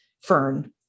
fern